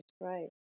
right